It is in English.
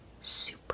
super